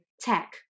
Tech